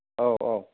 औ औ